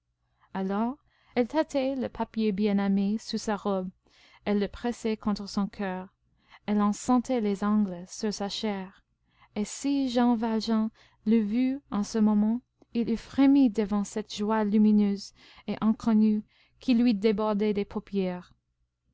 alors elle tâtait le papier bien-aimé sous sa robe elle le pressait contre son coeur elle en sentait les angles sur sa chair et si jean valjean l'eût vue en ce moment il eût frémi devant cette joie lumineuse et inconnue qui lui débordait des paupières